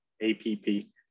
A-P-P